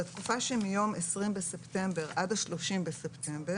לתקופה שמיום 20 בספטמבר עד ה-30 בספטמבר,